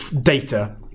data